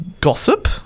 gossip